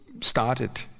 started